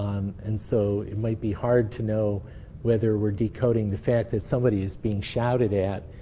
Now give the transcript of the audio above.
um and so it might be hard to know whether we're decoding the fact that somebody is being shouted at,